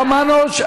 לא אכפת לי.